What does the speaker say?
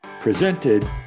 presented